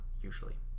usually